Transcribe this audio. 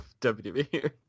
WWE